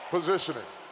Positioning